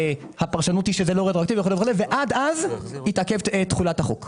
שהפרשנות היא שזה לא רטרואקטיבי וכו' וכו' ועד אז תתעכב תחולת החוק.